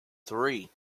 three